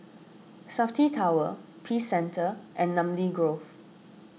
Safti Tower Peace Centre and Namly Grove